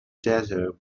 desert